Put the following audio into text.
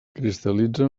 cristal·litza